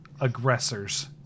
aggressors